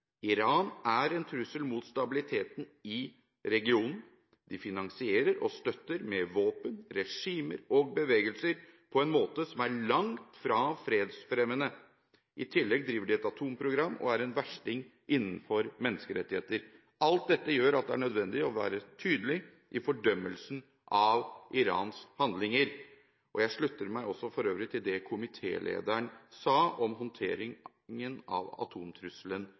Iran er en trussel mot stabiliteten i regionen. De finansierer og støtter med våpen regimer og bevegelser på en måte som er langt fra fredsfremmende. I tillegg driver de et atomprogram og er en versting innenfor menneskerettigheter. Alt dette gjør at det er nødvendig å være tydelig i fordømmelsen av Irans handlinger. Jeg slutter meg for øvrig også til det komitélederen sa om håndteringen av